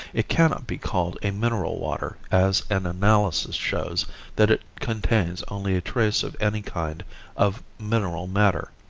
it cannot be called a mineral water, as an analysis shows that it contains only a trace of any kind of mineral matter.